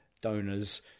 donors